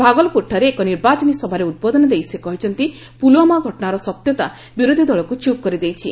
ଭାଗଲପୁରଠାରେ ଏକ ନିର୍ବାଚନୀ ସଭାରେ ଉଦ୍ବୋଧନ ଦେଇ ସେ କହିଛନ୍ତି ପୁଲଓ୍ୱାମା ଘଟଣାର ସତ୍ୟତା ବିରୋଧୀଦଳକୁ ଚୁପ୍ କରିଦେଇଛି